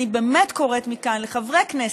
אני קוראת מכאן לחברי כנסת,